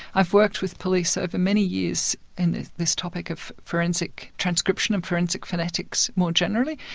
i've worked with police over many years in this topic of forensic transcription and forensic phonetics more generally,